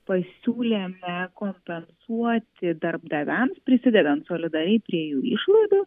pasiūlėme kompensuoti darbdaviams prisidedant solidariai prie jų išlaidų